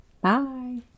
bye